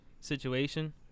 situation